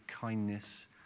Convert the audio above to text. kindness